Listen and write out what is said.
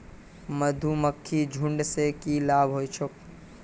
मधुमक्खीर झुंड स की लाभ ह छेक